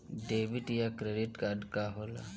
Debit या credit card का होला?